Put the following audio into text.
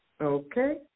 okay